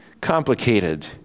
complicated